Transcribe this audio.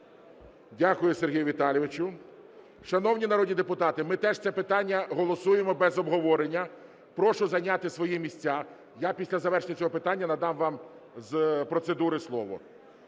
Дякую, Сергію Віталійовичу. Шановні народні депутати, ми теж це питання голосуємо без обговорення, прошу зайняти свої місця. Я після завершення цього питання надам вам з процедури слово.